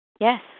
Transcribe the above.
Yes